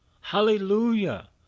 hallelujah